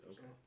Okay